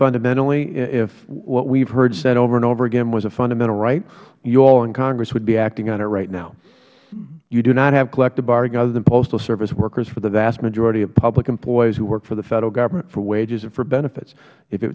fundamentally if what we have heard said over and over again was a fundamental right you all in congress would be acting on it right now you do not have collective bargaining other than postal service workers for the vast majority of public employees who work for the federal government for wages and for benefits if